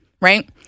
right